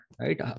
right